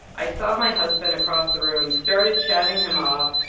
i saw my husband across the room, started chatting him up.